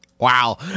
Wow